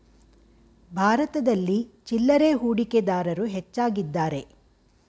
ಭಾರತದಲ್ಲಿ ಚಿಲ್ಲರೆ ಹೂಡಿಕೆದಾರರು ಹೆಚ್ಚಾಗಿದ್ದಾರೆ